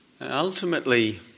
Ultimately